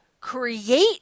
create